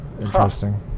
interesting